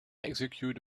execute